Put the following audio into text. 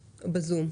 בזום.